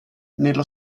nello